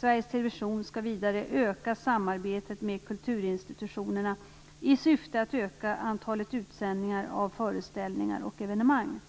Sveriges Television skall vidare öka samarbetet med kulturinstitutionerna i syfte att öka antalet utsändningar av föreställningar och evenemang.